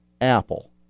apple